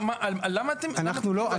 למה אתם --- אנחנו לא,